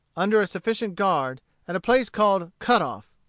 under a sufficient guard, at a place called cut-off,